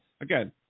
again